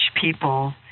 people